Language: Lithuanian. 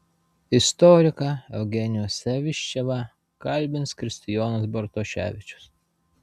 istoriką eugenijų saviščevą kalbins kristijonas bartoševičius